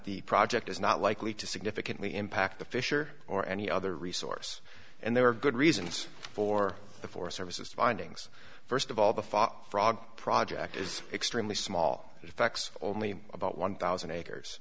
the project is not likely to significantly impact the fisher or any other resource and there were good reasons for the four services findings first of all the frog project is extremely small effects only about one thousand acres